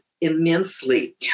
immensely